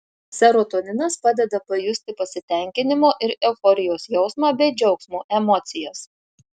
serotoninas padeda pajusti pasitenkinimo ir euforijos jausmą bei džiaugsmo emocijas